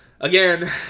Again